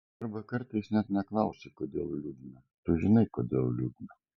arba kartais net neklausi kodėl liūdna tu žinai kodėl liūdna